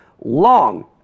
long